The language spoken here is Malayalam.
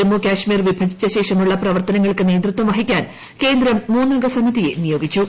ജമ്മുകാശ്മീർ വിഭജിച്ച ശേഷമുള്ള പ്രവർത്തനങ്ങൾക്ക് നേതൃത്വം വഹിക്കാൻ കേന്ദ്രം മൂന്നംഗ സമിതിയെ നിയോഗിച്ചു